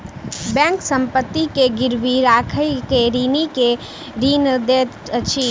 bank संपत्ति के गिरवी राइख के ऋणी के ऋण दैत अछि